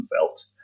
felt